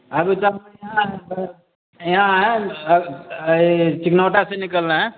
अभी सब बढ़िया है सर यहाँ है आ यही चिकनौटा से निकल रहे हैं